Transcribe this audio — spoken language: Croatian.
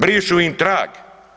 Brišu im trag.